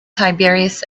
tiberius